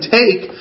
take